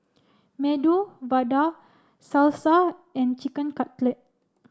Medu Vada Salsa and Chicken Cutlet